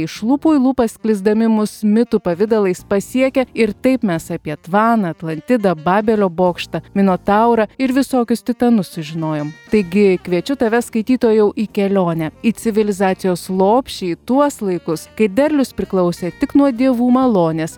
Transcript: iš lūpų į lūpas sklisdami mus mitų pavidalais pasiekia ir taip mes apie tvaną atlantidą babelio bokštą minotaurą ir visokius titanus sužinojom taigi kviečiu tave skaitytojau į kelionę į civilizacijos lopšį į tuos laikus kai derlius priklausė tik nuo dievų malonės